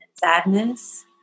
sadness